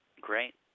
Great